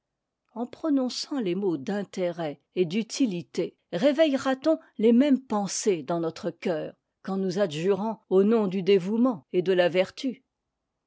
en prononçant les mots d'intérêt et d'utilité réveillera t on les mêmes pensées dans notre cœur qu'en nous adjurant au nom du dévouement et de la vertu